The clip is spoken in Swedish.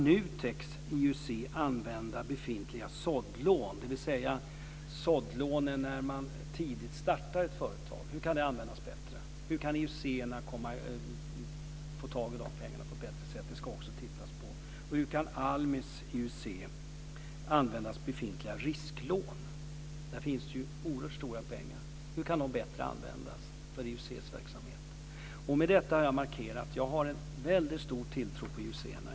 IUC bättre använda befintliga såddlån, dvs. lån vid tidig start av ett företag? Vi ska också titta på hur IUC:na kan få tag i de pengarna på ett bättre sätt. Hur kan vidare Almi:s IUC använda befintliga risklån? De uppgår till oerhört stora belopp. Hur kan de bättre användas för IUC:nas verksamhet? Med detta har jag markerat att jag har en väldigt stor tilltro till IUC:na.